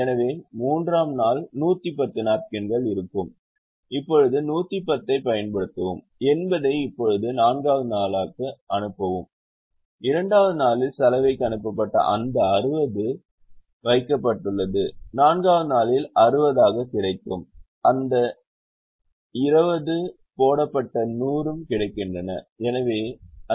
எனவே மூன்றாம் நாள் 110 நாப்கின்கள் இருக்கும் இப்போது 110 ஐப் பயன்படுத்தவும் 80 ஐ இப்போது நான்காவது நாளாக அனுப்பவும் இரண்டாவது நாளில் சலவைக்கு அனுப்பப்பட்ட இந்த 60 வைக்கப்பட்டுள்ளது நான்காவது நாளில் 60 ஆக கிடைக்கும் அந்த 20 ல் போடப்பட்ட 100 ம் கிடைக்கின்றன